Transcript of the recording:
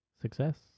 Success